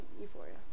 Euphoria